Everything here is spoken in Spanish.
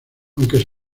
aunque